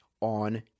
on